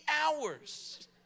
hours